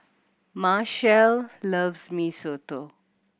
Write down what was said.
Machelle loves Mee Soto